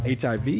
HIV